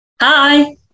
Hi